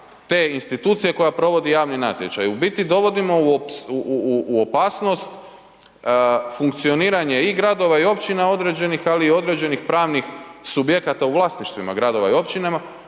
te institucije koja provoditi javni natječaj. U biti dovodimo u opasnost funkcioniranje i gradova i općina određenih, ali i određenih pravnih subjekata u vlasništvima gradova i općinama